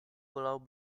pulau